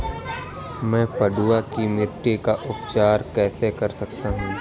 मैं पडुआ की मिट्टी का उपचार कैसे कर सकता हूँ?